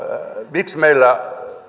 miksi meillä